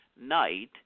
night